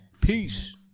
Peace